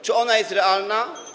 Czy ona jest realna?